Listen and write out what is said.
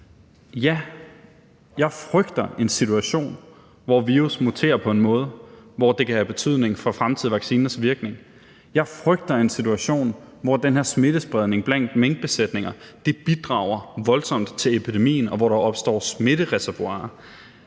ja, jeg frygter en situation, hvor virus muterer på en måde, som kan have betydning for fremtidige vaccineres virkning. Jeg frygter en situation, hvor den her smittespredning blandt minkbesætninger bidrager voldsomt til epidemien, og hvor der opstår smittereservoirer.